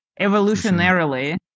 Evolutionarily